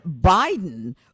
Biden